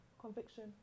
conviction